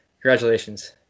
Congratulations